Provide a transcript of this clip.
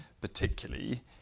particularly